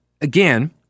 again